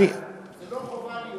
זה לא חובה.